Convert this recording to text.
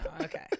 okay